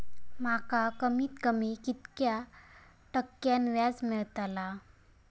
माका कमीत कमी कितक्या टक्क्यान व्याज मेलतला?